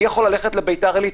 אני יכול ללכת לבית"ר עילית,